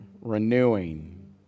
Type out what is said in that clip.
renewing